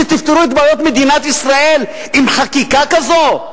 שתפתרו את בעיות מדינת ישראל עם חקיקה כזו?